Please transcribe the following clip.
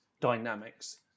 dynamics